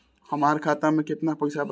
हमार खाता में केतना पैसा बा?